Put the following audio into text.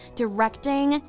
directing